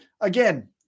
Again